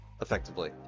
effectively